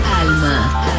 Alma